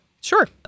Sure